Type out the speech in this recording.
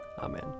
Amen